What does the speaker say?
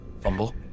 Fumble